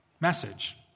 message